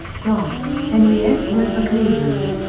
graff, henry f. grover cleveland.